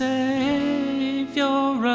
Savior